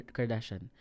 Kardashian